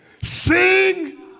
Sing